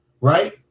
right